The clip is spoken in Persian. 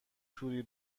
توری